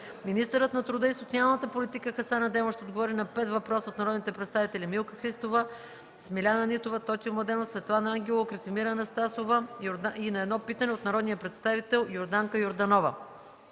Министърът на труда и социалната политика Хасан Адемов ще отговори на пет въпроса от народните представители Милка Христова; Смиляна Нитова; Тотю Младенов; Светлана Ангелова; Красимира Анастасова и на едно питане от народния представител Йорданка Йорданова.